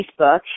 Facebook